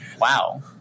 Wow